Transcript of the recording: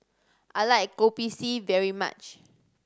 I like Kopi C very much